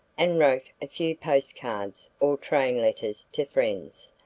and wrote a few postcards or train letters to friends.